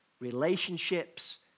Relationships